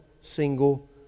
single